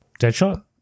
Deadshot